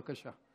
בבקשה.